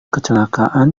kecelakaan